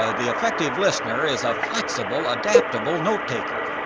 ah the effective listener is a flexible adaptable note-taker.